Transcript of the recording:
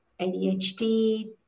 ADHD